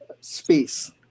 Space